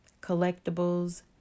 collectibles